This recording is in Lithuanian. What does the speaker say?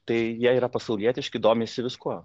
tai jie yra pasaulietiški domisi viskuo